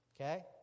Okay